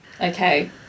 Okay